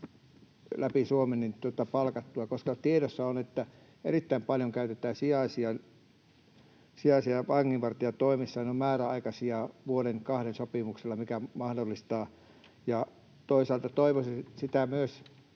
läpi Suomen palkattua, koska tiedossa on, että erittäin paljon käytetään sijaisia vanginvartijan toimissa. Ne ovat määräaikaisia, vuoden kahden sopimuksella. Kysyisin ministeriltä: voiko olla